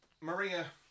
Maria